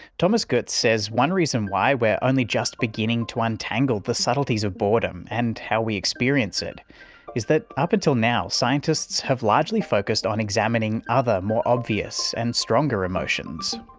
thomas goetz says one reason why we're only just beginning to untangle the subtleties of boredom and how we experience it is that up until now scientists have largely focused on examining other more obvious and stronger emotions.